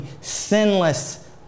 sinless